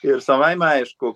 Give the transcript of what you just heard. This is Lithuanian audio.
ir savaime aišku